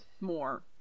more